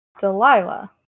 Delilah